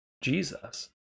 Jesus